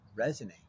resonate